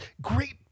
great